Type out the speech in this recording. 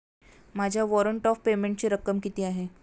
माझ्या warrant of पेमेंटची रक्कम किती आहे?